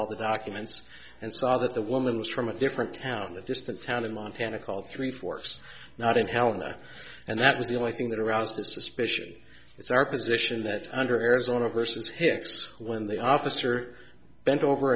all the documents and saw that the woman was from a different town that just a town in montana called three fourths not in helena and that was the only thing that aroused a suspicion it's our position that under arizona versus hicks when the officer bent over